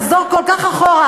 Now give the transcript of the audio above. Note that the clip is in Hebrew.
לחזור כל כך אחורה,